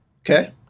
Okay